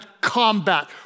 combat